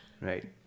right